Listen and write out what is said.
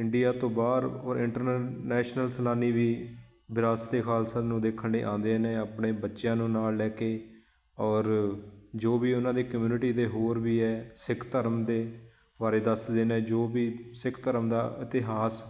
India ਤੋਂ ਬਾਹਰ ਔਰ ਇੰਟਰਨਨੈਸ਼ਨਲ ਸੈਲਾਨੀ ਵੀ ਵਿਰਾਸਤ ਏ ਖਾਲਸਾ ਨੂੰ ਦੇਖਣ ਲਈ ਆਉਂਦੇ ਨੇ ਆਪਣੇ ਬੱਚਿਆਂ ਨੂੰ ਨਾਲ ਲੈ ਕੇ ਔਰ ਜੋ ਵੀ ਉਹਨਾਂ ਦੇ ਕਮਿਊਨਿਟੀ ਦੇ ਹੋਰ ਵੀ ਹੈ ਸਿੱਖ ਧਰਮ ਦੇ ਬਾਰੇ ਦੱਸਦੇ ਨੇ ਜੋ ਵੀ ਸਿੱਖ ਧਰਮ ਦਾ ਇਤਿਹਾਸ